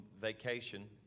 vacation